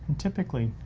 typically,